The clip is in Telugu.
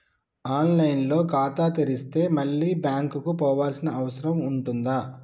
ఆన్ లైన్ లో ఖాతా తెరిస్తే మళ్ళీ బ్యాంకుకు పోవాల్సిన అవసరం ఉంటుందా?